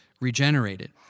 regenerated